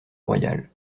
royal